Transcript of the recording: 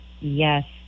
yes